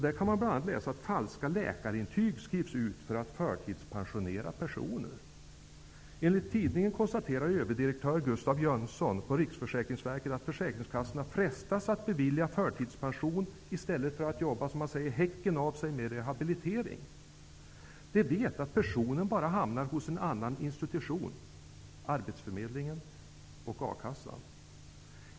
Där kan man bl.a. läsa att falska läkarintyg skrivs ut för att förtidspensionera personer. Enligt tidningen konstaterar överdirektör Gustav Jönsson på Riksförsäkringsverket att försäkringskassorna frestas att bevilja förtidspension i stället för att ''jobba häcken av sig'' med rehabilitering. De vet att personen bara hamnar hos en annan institution -- arbetsförmedlingen och a-kassan.